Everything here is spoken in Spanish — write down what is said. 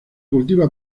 cultiva